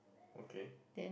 okay